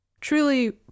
truly